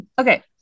okay